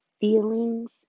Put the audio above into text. feelings